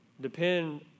Depend